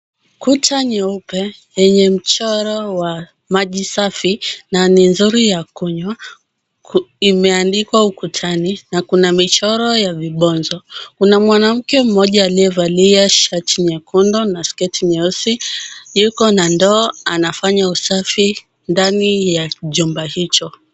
Kuta nyeupe yenye mchoro wa maji safi, na ni nzuri ya kunywa, imeandikwa ukutani, na kuna michoro ya vibonzo. Kuna mwanamke mmoja aliyevalia shati nyekundu na skirt nyeusi, yuko na ndoo anafanya usafi ndani ya jumba hicho.